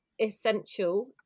essential